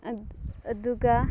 ꯑꯗꯨꯒ